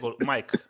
Mike